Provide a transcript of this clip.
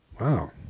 Wow